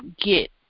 get